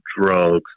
drugs